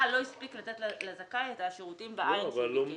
לא הספיק לתת לזכאי את השירותים בעין שהוא ביקש.